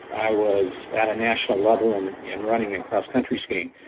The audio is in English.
i was at a national level and in running in crosscountry skiing.